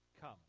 come